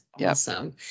awesome